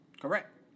Correct